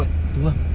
tu ah